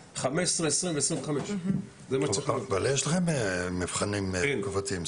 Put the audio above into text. אבל יש לכם מבחנים תקופתיים?